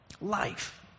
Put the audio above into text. life